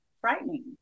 frightening